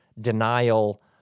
denial